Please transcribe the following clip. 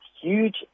huge